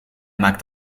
maakt